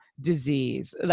disease